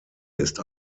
ist